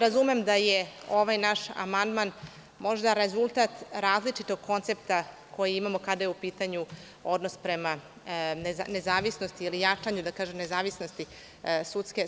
Razumem da je ovaj naš amandman možda rezultat različitog koncepta koji imamo kada je u pitanju odnos prema nezavisnosti ili jačanju nezavisnosti